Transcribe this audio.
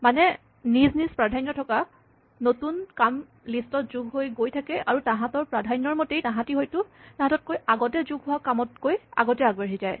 মানে নিজ নিজ প্ৰাধান্য থকা নতুন কাম লিষ্টত যোগ হৈ গৈ থাকে আৰু তাহাঁতৰ প্ৰাধান্যৰ মতেই তাহাঁতি হয়তো তাহাঁততকৈ আগতে যোগ হোৱা কামতকৈ আগতে আগবাঢ়ি যায়